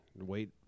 Wait